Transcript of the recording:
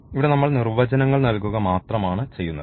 ഇവിടെ നമ്മൾ നിർവചനങ്ങൾ നൽകുക മാത്രമാണ് ചെയ്യുന്നത്